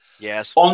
Yes